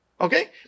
Okay